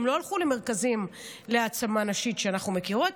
הם לא הלכו למרכזים להעצמה נשית שאנחנו מכירות,